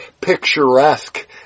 picturesque